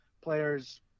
players